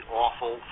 awful